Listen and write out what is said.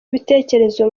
ibitekerezo